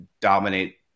dominate